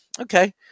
Okay